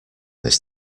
this